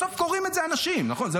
בסוף קוראים את זה אנשים, נכון?